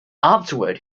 afterward